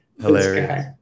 Hilarious